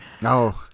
No